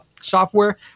software